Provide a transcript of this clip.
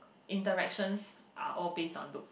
interactions are all based on look